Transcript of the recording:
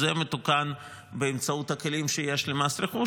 זה מתוקן באמצעות הכלים שיש למס רכוש.